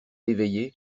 éveillé